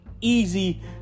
easy